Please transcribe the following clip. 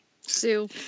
Sue